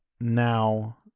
now